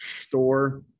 store